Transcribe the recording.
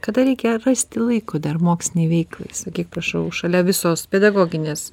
kada reikia rasti laiko dar mokslinei veiklai sakyk prašau šalia visos pedagoginės